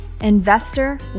investor